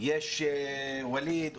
יש ווליד,